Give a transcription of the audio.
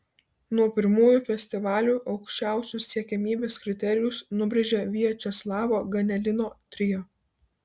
nuo pirmųjų festivalių aukščiausius siekiamybės kriterijus nubrėžė viačeslavo ganelino trio